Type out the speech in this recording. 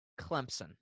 Clemson